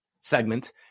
segment